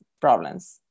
problems